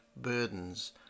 burdens